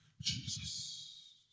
Jesus